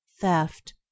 theft